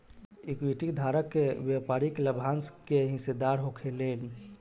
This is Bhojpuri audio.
इक्विटी धारक व्यापारिक लाभांश के हिस्सेदार होखेलेन